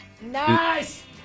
Nice